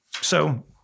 So-